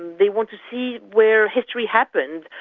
they want to see where history happened.